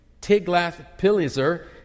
Tiglath-Pileser